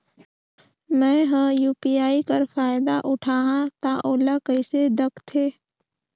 मैं ह यू.पी.आई कर फायदा उठाहा ता ओला कइसे दखथे?